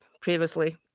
previously